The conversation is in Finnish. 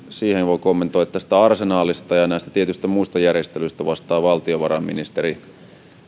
siihen voin kommentoida tästä arsenalista ja näistä tietyistä muista järjestelyistä vastaa valtiovarainministeri